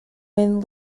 when